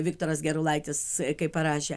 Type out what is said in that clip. viktoras gerulaitis kai parašė